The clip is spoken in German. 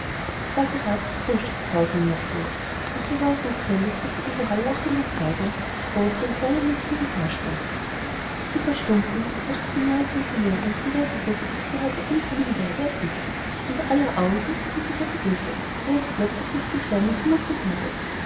es war gerade die frühstückspause in der schule und so war es natürlich daß überall lachend und plaudernd große und kleine mädchen umherstanden sie verstummten als sie die neue pensionärin von der sie wußten daß sie heute ankommen werde erblickten und aller augen richteten sich auf ilse der es plötzlich höchst beklommen zu mute wurde